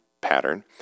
pattern